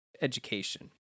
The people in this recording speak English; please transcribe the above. education